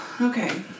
okay